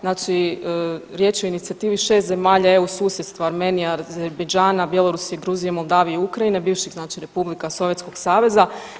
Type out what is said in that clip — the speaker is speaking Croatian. Znači riječ je o inicijativi 6 zemalja EU susjedstva Armenija, Azerbejdžana, Bjelorusije, Gruzije, Moldavije i Ukrajine, bivših znači republika Sovjetskog saveza.